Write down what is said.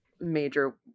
major